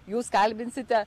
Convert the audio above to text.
jūs kalbinsite